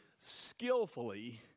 skillfully